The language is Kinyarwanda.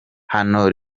hano